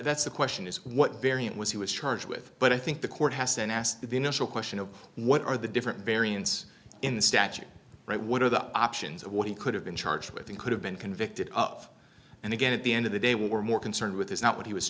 that's the question is what variant was he was charged with but i think the court has then asked the initial question of what are the different variance in the statute right what are the options of what he could have been charged with and could have been convicted of and again at the end of the day we're more concerned with is not what he was